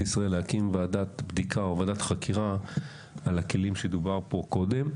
ישראל להקים ועדת בדיקה או ועדת חקירה על הכלים שדובר עליהם פה קודם,